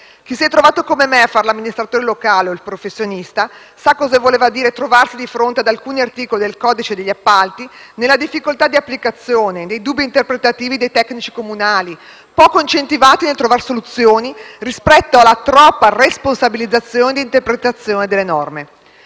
Chi si è trovato come me a fare l'amministratore locale o il professionista sa cosa vuol dire trovarsi di fronte ad alcuni articoli del codice degli appalti, nella difficoltà di applicazione, nei dubbi interpretativi dei tecnici comunali, poco incentivati nel trovare soluzioni rispetto alla troppa responsabilizzazione nell'interpretazione delle norme.